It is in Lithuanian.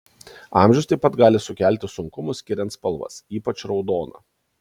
amžius taip pat gali sukelti sunkumų skiriant spalvas ypač raudoną